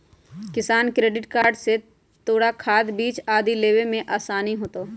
किसान credit card से तोरा खाद, बीज आदि लेवे में आसानी होतउ